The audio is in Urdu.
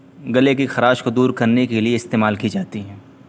گلے کی خراش کو دور کرنے کے لیے استعمال کی جاتی ہیں